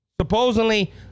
supposedly